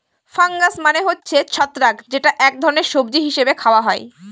fungus মানে হচ্ছে ছত্রাক যেটা এক ধরনের সবজি হিসেবে খাওয়া হয়